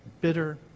bitter